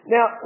Now